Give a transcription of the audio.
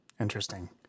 Interesting